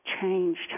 changed